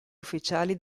ufficiali